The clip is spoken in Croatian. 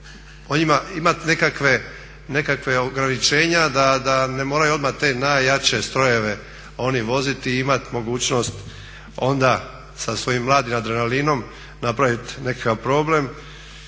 njima imati nekakva ograničenja da ne moraju odmah te najjače strojeve oni voziti i imati mogućnost onda sa svojim mladim adrenalinom napraviti nekakav problem.